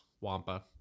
Wampa